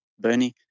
Bernie